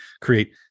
create